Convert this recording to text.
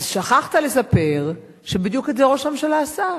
אז שכחת לספר שבדיוק את זה ראש הממשלה עשה: